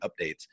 updates